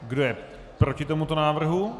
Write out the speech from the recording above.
Kdo je proti tomuto návrhu?